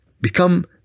Become